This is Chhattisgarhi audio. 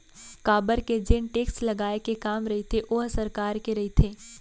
काबर के जेन टेक्स लगाए के काम रहिथे ओहा सरकार के रहिथे